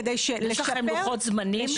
כדי לשפר --- יש לכם לוחות זמנים?